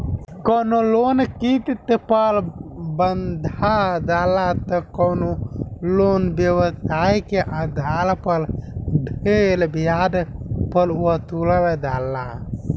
कवनो लोन किस्त पर बंधा जाला त कवनो लोन व्यवसाय के आधार पर ढेरे ब्याज पर वसूलल जाला